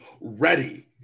ready